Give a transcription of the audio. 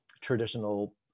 traditional